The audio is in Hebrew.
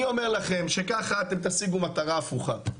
אני אומר לכם שככה תשיגו מטרה הפוכה.